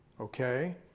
Okay